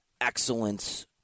excellence